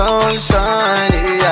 Sunshine